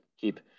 keep